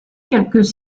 quelques